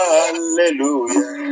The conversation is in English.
hallelujah